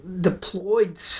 deployed